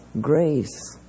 Grace